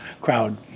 crowd